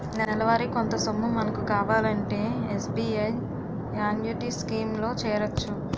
నెలవారీ కొంత సొమ్ము మనకు కావాలంటే ఎస్.బి.ఐ యాన్యుటీ స్కీం లో చేరొచ్చు